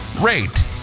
rate